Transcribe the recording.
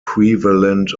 prevalent